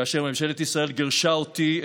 כאשר ממשלת ישראל גירשה אותי,